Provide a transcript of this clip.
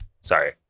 Sorry